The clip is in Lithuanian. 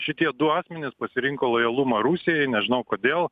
šitie du asmenys pasirinko lojalumą rusijai nežinau kodėl